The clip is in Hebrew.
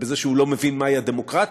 ובזה שהוא לא מבין מהי הדמוקרטיה,